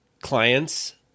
clients